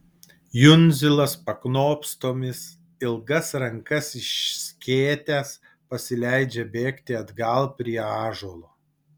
jundzilas paknopstomis ilgas rankas išskėtęs pasileidžia bėgti atgal prie ąžuolo